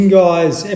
guys